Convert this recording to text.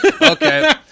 okay